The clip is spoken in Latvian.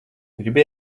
gribi